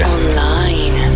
Online